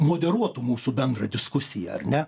moderuotų mūsų bendrą diskusiją ar ne